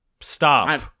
stop